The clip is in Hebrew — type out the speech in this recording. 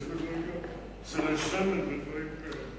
פצלי שמן ודברים כאלה.